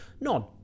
None